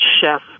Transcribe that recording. chef